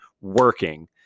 working